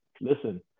listen